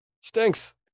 stinks